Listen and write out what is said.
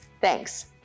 Thanks